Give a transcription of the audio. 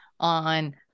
on